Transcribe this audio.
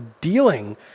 dealing